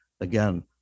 again